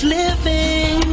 living